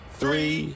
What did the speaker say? three